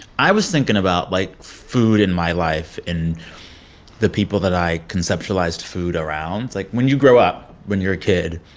i was thinking about, like, food in my life and the people that i conceptualized food around. like, when you grow up, when you're a kid,